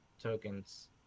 tokens